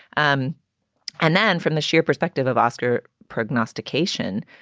um and then from the sheer perspective of oscar prognostication.